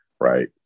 right